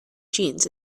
jeans